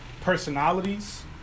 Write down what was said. personalities